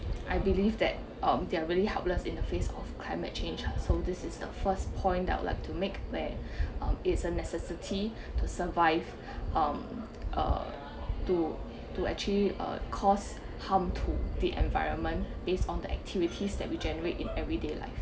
I believe that um they are really helpless in the face of climate change so this is the first point I would like to make where um it's a necessity to survive um uh to to achieve uh cause harm to the environment based on the activities that we generate in everyday life